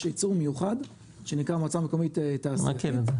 יש "יצור" מיוחד שנקרא "מועצה מקומית תעשייתית" -- מכיר,